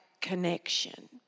connection